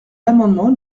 l’amendement